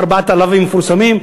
ארבעת הלאווים המפורסמים,